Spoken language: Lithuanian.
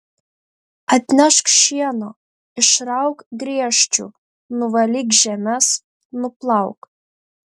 atnešk šieno išrauk griežčių nuvalyk žemes nuplauk